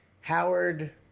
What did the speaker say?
Howard